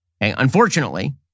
Unfortunately